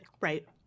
Right